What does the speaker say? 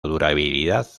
durabilidad